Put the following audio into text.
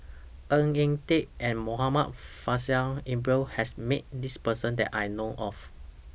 Ng Eng Teng and Muhammad Faishal Ibrahim has Met This Person that I know of